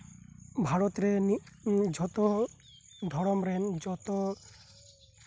ᱵᱷᱟᱨᱚᱛ ᱨᱮ ᱡᱷᱚᱛᱚ ᱫᱷᱚᱨᱚᱢ ᱨᱮᱱ ᱡᱚᱛᱚ